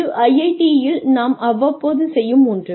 இது IIT யில் நாம் அவ்வப்போது செய்யும் ஒன்று